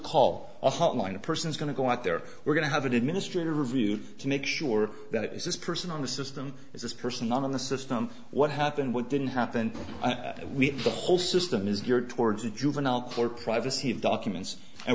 call a hotline a person is going to go out there we're going to have an administrative review to make sure that it is this person on the system is this person not in the system what happened what didn't happen and we the whole system is geared towards the juvenile court privacy documents and